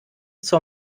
zur